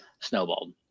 snowballed